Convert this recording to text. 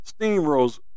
steamrolls